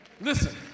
Listen